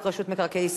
בעד, 10,